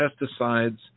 pesticides